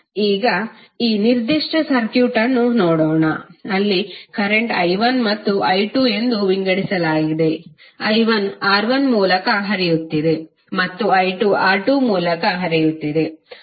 ಆದ್ದರಿಂದ ಈಗ ಈ ನಿರ್ದಿಷ್ಟ ಸರ್ಕ್ಯೂಟ್ ಅನ್ನು ನೋಡೋಣ ಅಲ್ಲಿ ಕರೆಂಟ್ i1 ಮತ್ತು i2 ಎಂದು ವಿಂಗಡಿಸಲಾಗಿದೆ i1 R1 ಮೂಲಕ ಹರಿಯುತ್ತಿದೆ ಮತ್ತು i2 R2 ಮೂಲಕ ಹರಿಯುತ್ತಿದೆ